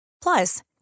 plus